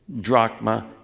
drachma